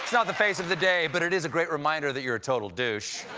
not the face of the day, but it is a great reminder that you're a total douche.